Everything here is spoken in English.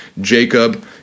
Jacob